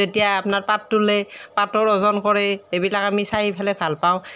যেতিয়া আপোনাৰ পাত তোলে পাতৰ ওজন কৰে সেইবিলাক আমি চাই পেলাই ভাল পাওঁ